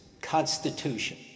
Constitution